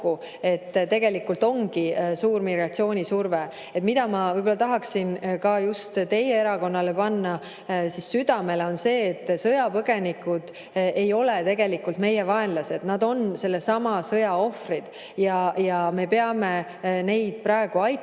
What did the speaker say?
et tegelikult ongi suur migratsioonisurve. Mida ma võib‑olla tahaksin ka just teie erakonnale panna südamele, on see, et sõjapõgenikud ei ole tegelikult meie vaenlased, nad on sellesama sõja ohvrid. Me peame neid praegu aitama,